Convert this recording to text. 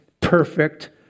perfect